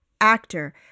actor